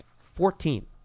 Fourteen